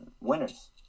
winners